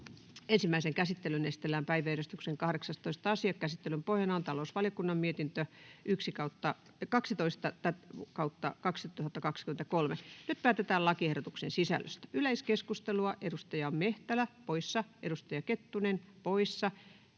Ensimmäiseen käsittelyyn esitellään päiväjärjestyksen 19. asia. Käsittelyn pohjana on talousvaliokunnan mietintö TaVM 13/2023 vp. Nyt päätetään lakiehdotusten sisällöstä. — Yleiskeskustelua, edustaja Kettunen poissa. Edustaja Saramo paikalla,